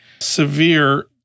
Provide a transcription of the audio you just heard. severe